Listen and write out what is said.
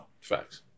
Facts